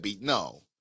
No